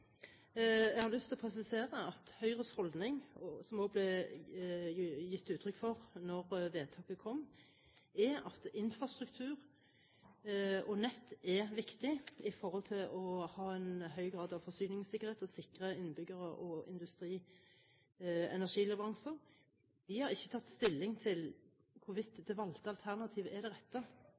Jeg har lyst til å presisere at Høyres holdning, som det også ble gitt uttrykk for da vedtaket kom, er at infrastruktur og nett er viktig for å ha en høy grad av forsyningssikkerhet, å sikre innbyggere og industri energileveranser. Vi har ikke tatt stilling til hvorvidt det valgte alternativet er det rette.